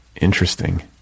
Interesting